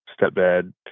stepdad